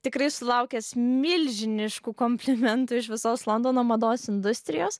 tikrai sulaukęs milžiniškų komplimentų iš visos londono mados industrijos